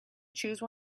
choose